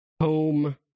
home